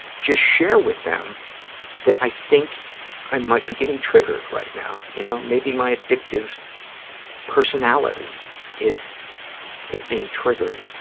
just share with them that i think i might be getting triggered right now, you know, maybe my addictive personality is is being triggered,